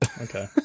Okay